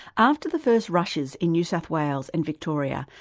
after the first rushes in new south wales and victoria,